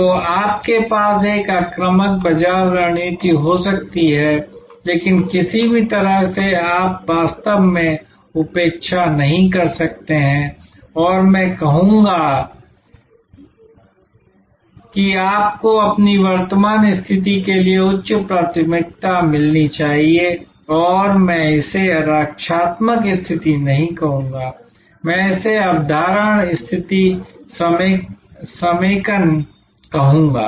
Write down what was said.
तो आपके पास एक आक्रामक बाजार रणनीति हो सकती है लेकिन किसी भी तरह से आप वास्तव में उपेक्षा नहीं कर सकते हैं और मैं कहूंगा कि आपको अपनी वर्तमान स्थिति के लिए उच्च प्राथमिकता मिलनी चाहिए और मैं इसे रक्षात्मक स्थिति नहीं कहूंगा मैं इसे अवधारण स्थिति समेकन कहूंगा